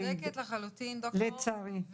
את צודקת לחלוטין, ד"ר ישי.